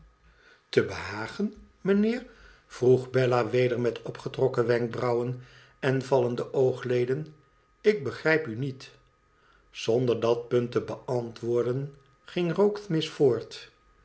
te behagen mijnheer vroeg bella weder met opgetrokken wenkbrauwen en vallende oogleden ik begrijp u niet zonder dat punt te beantwoorden ging rokesmith voort